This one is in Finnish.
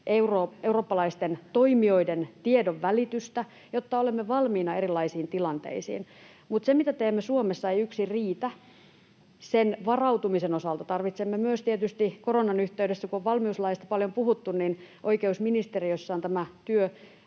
eurooppalaisten toimijoiden tiedonvälitystä, jotta olemme valmiina erilaisiin tilanteisiin. Mutta se, mitä teemme Suomessa, ei yksin riitä sen varautumisen osalta. Kun koronan yhteydessä on paljon puhuttu valmiuslaista, niin oikeusministeriössä on tehty